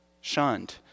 shunned